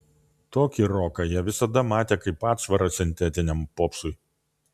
tokį roką jie visada matė kaip atsvarą sintetiniam popsui